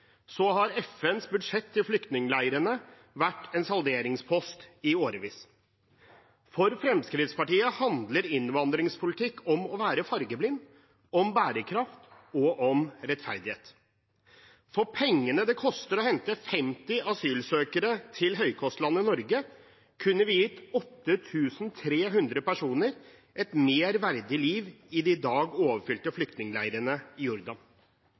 har FNs budsjett til flyktningleirene vært en salderingspost i årevis. For Fremskrittspartiet handler innvandringspolitikk om å være fargeblind, om bærekraft og om rettferdighet. For pengene det koster å hente 50 asylsøkere til høykostlandet Norge, kunne vi gitt 8 300 personer et mer verdig liv i de i dag overfylte flyktningleirene i Jordan.